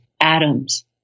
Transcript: atoms